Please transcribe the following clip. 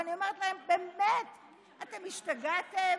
ואני אומרת, באמת, אתם השתגעתם?